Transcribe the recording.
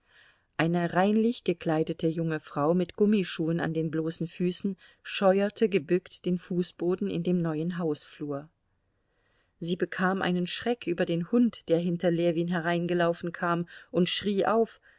eine reinlich gekleidete junge frau mit gummischuhen an den bloßen füßen scheuerte gebückt den fußboden in dem neuen hausflur sie bekam einen schreck über den hund der hinter ljewin hereingelaufen kam und schrie auf